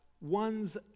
one's